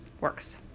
works